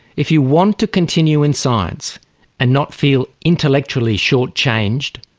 if you want to continue in science and not feel intellectually short-changed,